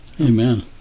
Amen